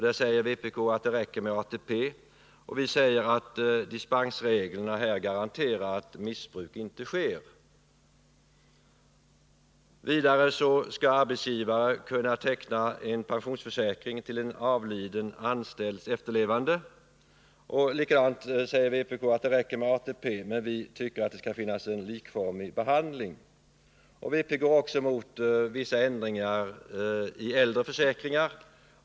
Där säger vpk att det räcker med ATP, men vi säger att dispensreglerna här garanterar att missbruk inte sker. Vidare skall en arbetsgivare kunna teckna pensionsförsäkring för en avliden anställds efterlevande. Även här säger vpk att det räcker med ATP, medan vi tycker att behandlingen skall vara likformig. Vpk går också emot vissa ändringar beträffande äldre försäkringar.